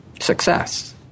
success